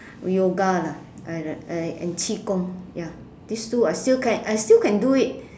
yoga lah and and qi gong ya these two I still can I still can do it